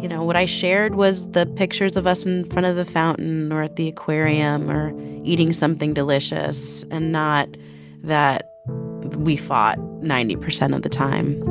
you know, what i shared was the pictures of us in front of the fountain or at the aquarium or eating something delicious and not that we fought ninety percent of the time.